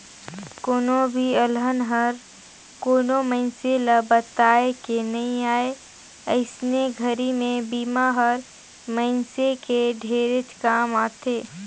कोनो भी अलहन हर कोनो मइनसे ल बताए के नइ आए अइसने घरी मे बिमा हर मइनसे के ढेरेच काम आथे